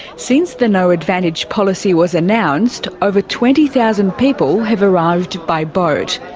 since the no advantage policy was announced, over twenty thousand people have arrived by boat.